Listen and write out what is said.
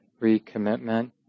recommitment